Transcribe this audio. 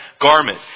garment